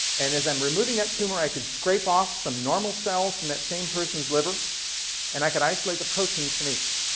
and as i'm removing that tumor, i could scrape off some normal cells from that same person's liver and i could isolate the proteins from each.